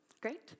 great